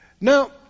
Now